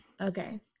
Okay